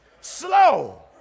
Slow